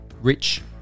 rich